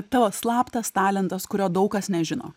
tavo slaptas talentas kurio daug kas nežino